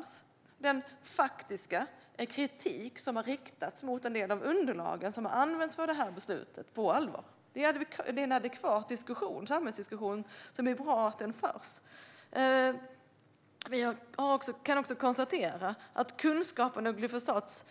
Vi ska ta på allvar den faktiska kritik som har riktats mot en del av de underlag som har använts för detta beslut. Det är en adekvat samhällsdiskussion, och det är bra att den förs. Vi kan också konstatera att kunskapen om effekten av glyfosat